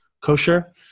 kosher